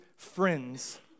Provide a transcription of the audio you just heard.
Friends